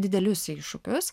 didelius iššūkius